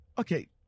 Okay